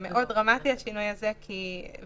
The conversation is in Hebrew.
השינוי הזה דרמטי מאוד,